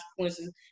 consequences